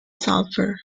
sulfur